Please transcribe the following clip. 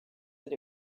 that